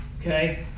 okay